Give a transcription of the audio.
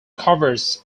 covers